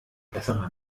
besserer